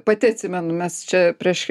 pati atsimenu mes čia prieš